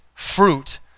fruit